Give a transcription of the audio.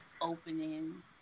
opening